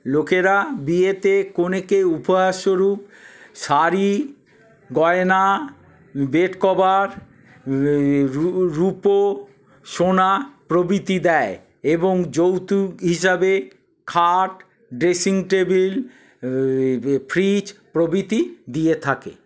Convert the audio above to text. লোকেরা বিয়েতে কনেকে উপহারস্বরূপ শাড়ি গয়না বেডকভার রুপো সোনা প্রভৃতি দেয় এবং যৌতুক হিসাবে খাট ড্রেসিং টেবিল ফ্রিজ প্রভৃতি দিয়ে থাকে